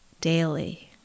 daily